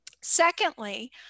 secondly